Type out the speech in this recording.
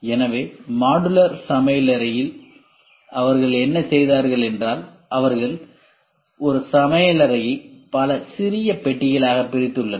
எனவே மாடுலர் சமையலறையில் அவர்கள் என்ன செய்தார்கள் என்றால் அவர்கள் சமையலறையை பல சிறிய பெட்டிகளாக பிரித்துள்ளனர்